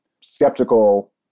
skeptical